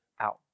out